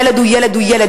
ילד הוא ילד הוא ילד.